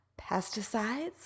pesticides